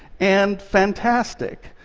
and fantastic,